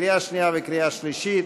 לקריאה שנייה וקריאה שלישית.